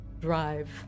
drive